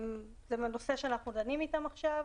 זה נושא שאנחנו דנים עליו איתם עכשיו.